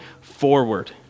forward